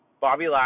Bobby